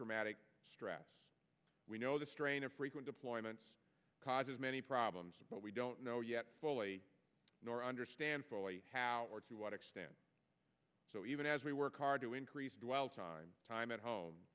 traumatic stress we know the strain of frequent deployments causes many problems but we don't know yet nor understand how to what extent so even as we work hard to increase dwell time time at home